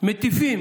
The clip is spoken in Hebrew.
מטיפים